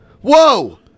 whoa